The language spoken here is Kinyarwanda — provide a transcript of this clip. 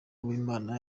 uwimana